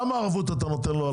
כמה ערבות אתה נותן לו על